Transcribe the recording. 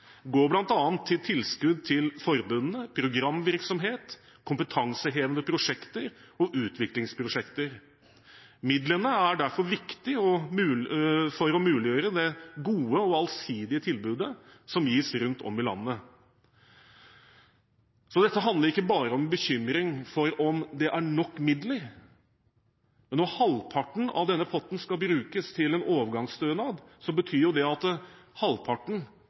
går bl.a. til tilskudd til forbundene, programvirksomhet, kompetansehevende prosjekter og utviklingsprosjekter. Midlene er derfor viktig for å muliggjøre det gode og allsidige tilbudet som gis rundt om i landet. Så dette handler ikke bare om bekymring for om det er nok midler, men når halvparten av denne potten skal brukes til en overgangsstønad, betyr det at halvparten